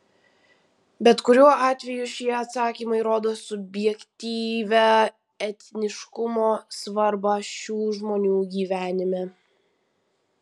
bet kuriuo atveju šie atsakymai rodo subjektyvią etniškumo svarbą šių žmonių gyvenime